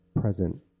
present